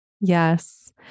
Yes